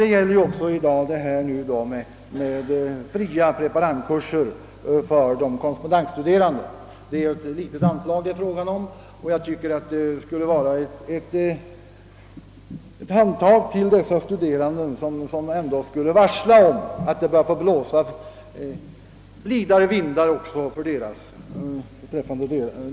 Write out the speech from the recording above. Det gäller även beträffande fria preparandkurser för de korrespondensstuderande, Det är fråga om ett litet anslag, men anslaget skulle bli ett värdefullt handtag för dessa studerande och det skulle varsla om att det börjar blåsa blidare vindar även för deras del.